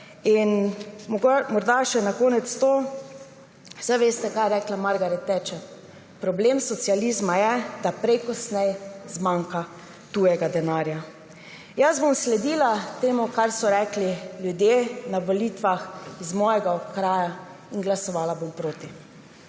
Morda za konec še to. Saj veste, kaj je rekla Margaret Thatcher – problem socializma je, da prej ko slej zmanjka tujega denarja. Jaz bom sledila temu, kar so rekli ljudje na volitvah iz mojega okraja, in glasovala bom proti.